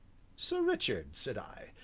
sir richard, said i,